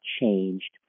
changed